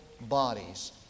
bodies